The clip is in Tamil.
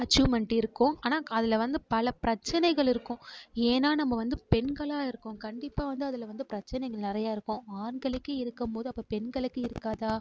அச்சீவ்மெண்ட் இருக்கும் ஆனால் அதில் வந்து பல பிரச்சனைகள் இருக்கும் ஏன்னா நம்ம வந்து பெண்களாக இருக்கோம் கண்டிப்பாக வந்து அதில் வந்து பிரச்சனைகள் நிறையா இருக்கும் ஆண்களுக்கே இருக்கும் போது அப்போ பெண்களுக்கு இருக்காதா